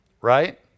Right